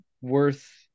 worth